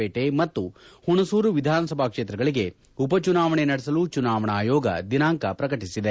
ಪೇಟೆ ಮತ್ತು ಹುಣಸೂರು ವಿಧಾನಸಭಾ ಕ್ಷೇತ್ರಗಳಿಗೆ ಉಪ ಚುನಾವಣೆ ನಡೆಸಲು ಚುನಾವಣಾ ಆಯೋಗ ದಿನಾಂಕ ಪ್ರಕಟಿಸಿದೆ